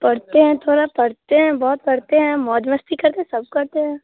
पढ़ते हैं थोड़ा पढ़ते हैं बहुत पढ़ते हैं मौज मस्ती करते हैं सब करते हैं